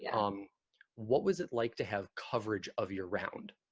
yeah um what was it like to have coverage of your round?